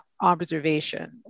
observation